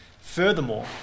Furthermore